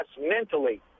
mentally